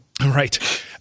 Right